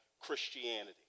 Christianity